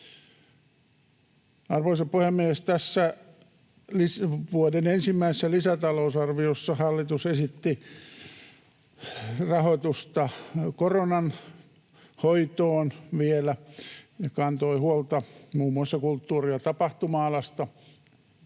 Arvoisa puhemies! Tässä vuoden ensimmäisessä lisätalousarviossa hallitus esitti rahoitusta koronan hoitoon vielä ja kantoi huolta muun muassa kulttuuri- ja tapahtuma-alasta.